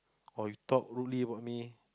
or you talk rudely about me